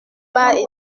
étage